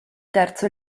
terzo